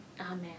Amen